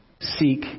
seek